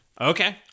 Okay